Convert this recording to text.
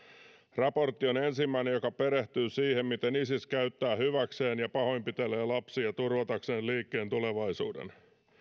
raportti on ensimmäinen joka perehtyy siihen miten isis käyttää hyväkseen ja pahoinpitelee lapsia turvatakseen liikkeen tulevaisuuden